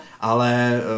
ale